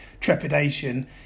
trepidation